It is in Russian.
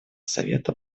совета